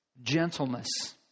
Gentleness